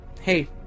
hey